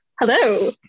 Hello